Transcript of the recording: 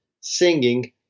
singing